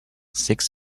six